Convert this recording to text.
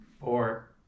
four